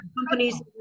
companies